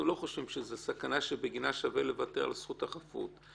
לא חושבים שזו סכנה שבגינה שווה לוותר על זכות החפות.